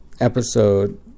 episode